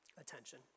attention